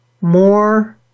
more